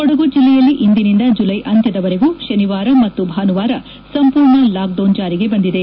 ಕೊಡಗು ಜಲ್ಲೆಯಲ್ಲಿ ಇಂದಿನಿಂದ ಜುಲೈ ಅಂತ್ಯದವರೆಗೂ ಶನಿವಾರ ಮತ್ತು ಭಾನುವಾರ ಸಂಪೂರ್ಣ ಲಾಕ್ ಡೌನ್ ಜಾರಿಗೆ ಬಂದಿದೆ